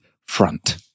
front